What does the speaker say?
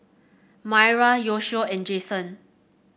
Myra Yoshio and Jasen